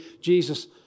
Jesus